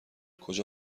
کجا